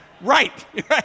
right